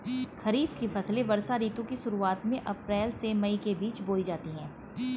खरीफ की फसलें वर्षा ऋतु की शुरुआत में अप्रैल से मई के बीच बोई जाती हैं